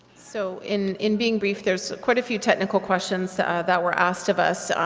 so in in being brief, there's quite a few technical questions that were asked of us.